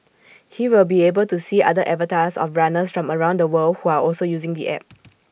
he will be able to see other avatars of runners from around the world who are also using the app